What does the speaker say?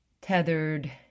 tethered